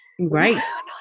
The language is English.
right